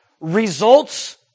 results